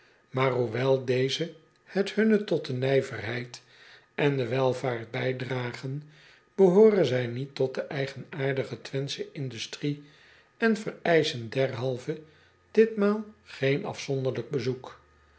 maar hoewel dezen het hunne tot de nijverheid en de welvaart bijdragen behooren zij niet tot de eigenaardige w e n t h s c h e industrie en vereischen derhalve ditmaal geen afzonderlijk bezoek